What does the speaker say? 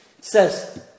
says